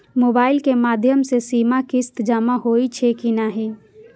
Mobile के माध्यम से सीमा किस्त जमा होई छै कि नहिं?